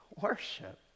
Worship